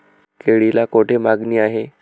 केळीला कोठे मागणी आहे?